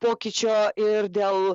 pokyčio ir dėl